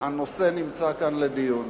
הנושא נמצא כאן לדיון.